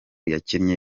yakinnye